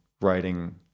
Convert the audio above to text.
writing